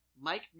Mike